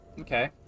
Okay